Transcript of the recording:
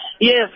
Yes